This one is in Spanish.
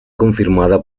confirmada